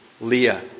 Leah